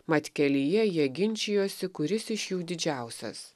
mat kelyje jie ginčijosi kuris iš jų didžiausias